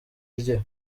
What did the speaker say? rye